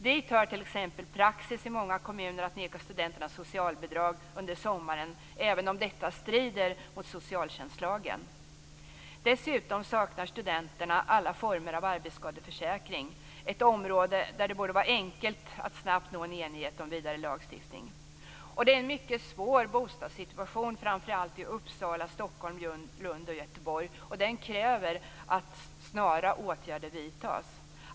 Dit hör t.ex. praxis i många kommuner att neka studenterna socialbidrag under sommaren, trots att detta strider mot socialtjänstlagen. Dessutom saknar studenterna alla former av arbetsskadeförsäkring, ett område där det borde vara enkelt att snabbt nå enighet om vidare lagstiftning. Den mycket svåra bostadssituationen i framför allt Uppsala, Stockholm, Lund och Göteborg kräver att snara åtgärder vidtas.